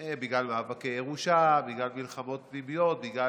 בגלל מאבקי ירושה, בגלל